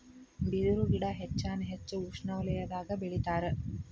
ಬಿದರು ಗಿಡಾ ಹೆಚ್ಚಾನ ಹೆಚ್ಚ ಉಷ್ಣವಲಯದಾಗ ಬೆಳಿತಾರ